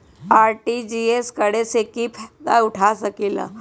RTGS करे से की फायदा उठा सकीला?